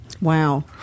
Wow